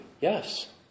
Yes